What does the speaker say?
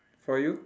for you